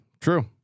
true